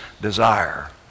desire